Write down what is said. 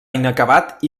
inacabat